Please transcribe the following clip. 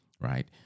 right